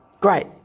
Great